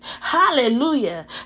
Hallelujah